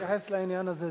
מתייחס לעניין הזה,